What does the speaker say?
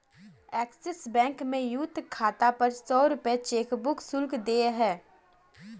axis bank में youth खाता पर सौ रूपये चेकबुक शुल्क देय है